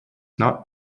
not